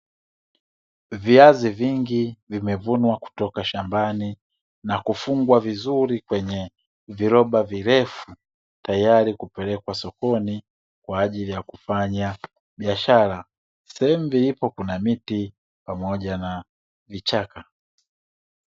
Viazi vingi vimevunwa kutoka shambani na kufungwa vizuri kwenye viroba virefu, tayari kupelekwa sokoni kwa ajili ya kufanya biashara. Sehemu vilipo kuna miti pamoja na vichaka.